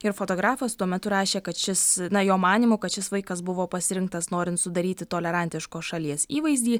ir fotografas tuo metu rašė kad šis na jo manymu kad šis vaikas buvo pasirinktas norint sudaryti tolerantiškos šalies įvaizdį